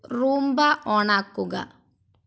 Roomba on ആക്കുക